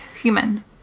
human